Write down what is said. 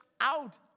out